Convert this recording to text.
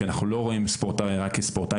כי אנחנו לא רואים ספורטאי רק כספורטאי,